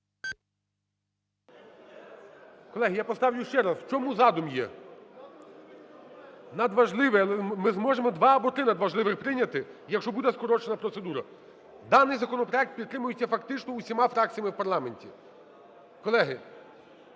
Колеги, я поставлю ще раз. В чому задум є? Надважливе, ми зможемо два або три надважливих прийняти, якщо буде скорочена процедура. Даний законопроект підтримується фактично всіма фракціями в парламенті. Колеги,